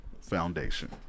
foundation